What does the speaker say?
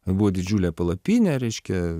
buvo didžiulė palapinė reiškia